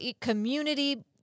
community